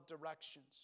directions